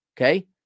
Okay